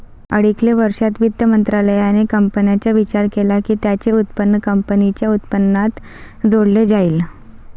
अलिकडे वर्षांत, वित्त मंत्रालयाने कंपन्यांचा विचार केला की त्यांचे उत्पन्न कंपनीच्या उत्पन्नात जोडले जाईल